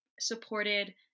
supported